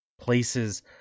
places